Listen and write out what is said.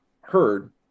heard